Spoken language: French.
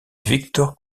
victor